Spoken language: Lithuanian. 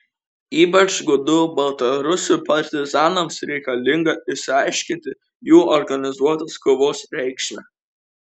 ypač gudų baltarusių partizanams reikalinga išaiškinti jų organizuotos kovos reikšmę